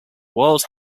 world